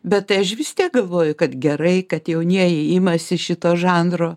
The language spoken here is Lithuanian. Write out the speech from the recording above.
bet aš vis tiek galvoju kad gerai kad jaunieji imasi šito žanro